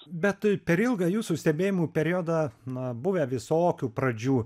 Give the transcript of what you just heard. bet per ilgą jūsų stebėjimų periodą na buvę visokių pradžių